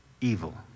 evil